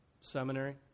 Seminary